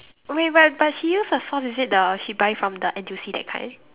oh wait but but she use the sauce is it the she buy from the N_T_U_C that kind